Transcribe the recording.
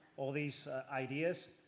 all these ideas.